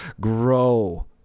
Grow